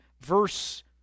verse